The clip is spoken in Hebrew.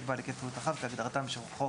בעל היקף פעילות רחב" כהגדרתם בחוק